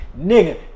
nigga